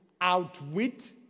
outwit